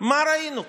מה ראינו כאן?